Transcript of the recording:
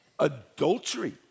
Adultery